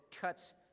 cuts